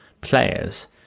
players